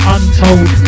Untold